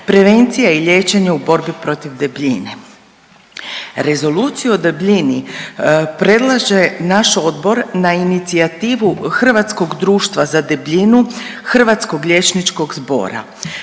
„Prevencija i liječenje u borbi protiv debljine“. Rezoluciju o debljini predlaže naš odbor na inicijativu Hrvatskog društva za debljinu Hrvatskog liječničkog zbora.